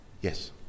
Yes